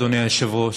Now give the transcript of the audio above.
אדוני היושב-ראש.